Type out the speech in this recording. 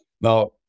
Now